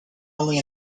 only